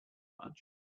much